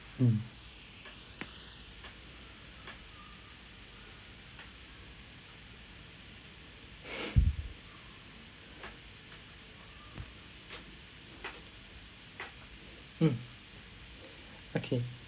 mm mm okay